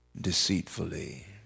deceitfully